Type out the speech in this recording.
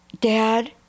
Dad